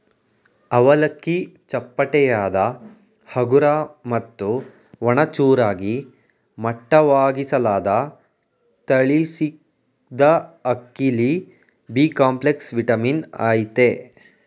ಅವಲಕ್ಕಿ ಚಪ್ಪಟೆಯಾದ ಹಗುರ ಮತ್ತು ಒಣ ಚೂರಾಗಿ ಮಟ್ಟವಾಗಿಸಲಾದ ತಳಿಸಿದಅಕ್ಕಿಲಿ ಬಿಕಾಂಪ್ಲೆಕ್ಸ್ ವಿಟಮಿನ್ ಅಯ್ತೆ